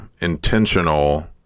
intentional